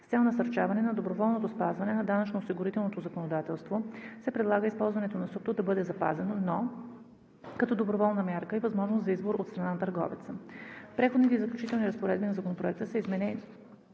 С цел насърчаване на доброволното спазване на данъчно-осигурителното законодателство се предлага използването на СУПТО да бъде запазено, но като доброволна мярка и възможност за избор от страна на търговеца. В Преходните и заключителните разпоредби на Законопроекта са изменени